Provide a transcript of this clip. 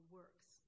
works